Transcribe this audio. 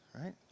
right